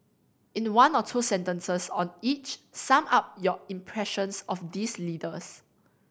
in one or two sentences on each sum up your impressions of these leaders